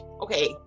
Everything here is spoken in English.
okay